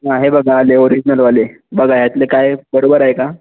हां हे बघा आले ओरिजनल वाले बघा यातले काय बरोबर आहे का